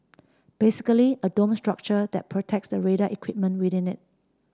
basically a dome structure that protects the radar equipment within it